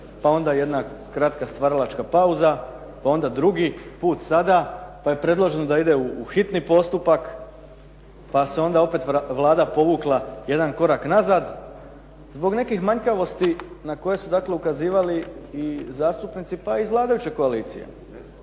pa onda jedna kratka stvaralačka pauza, pa onda drugi put sada, pa je predloženo da ide u hitni postupak, pa se onda opet Vlada povukla jedan korak nazad, zbog nekih manjkavosti na koje su ukazivali i zastupnici pa iz vladajuće koalicije.